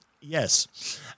Yes